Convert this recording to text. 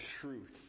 truth